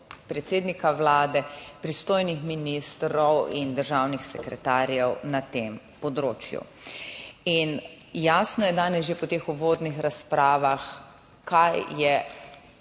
predsednika Vlade, pristojnih ministrov in državnih sekretarjev na tem področju in jasno je danes že po teh uvodnih razpravah, kaj je